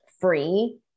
free